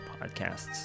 podcasts